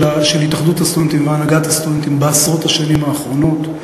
התאחדות הסטודנטים והנהגת הסטודנטים בעשרות השנים האחרונות.